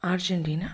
Argentina